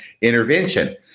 intervention